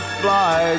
fly